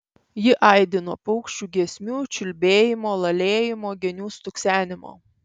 ji aidi nuo paukščių giesmių čiulbėjimo lalėjimo genių stuksenimo